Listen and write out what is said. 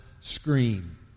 scream